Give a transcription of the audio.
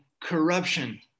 corruption